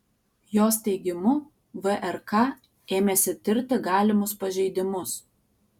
jos teigimu vrk ėmėsi tirti galimus pažeidimus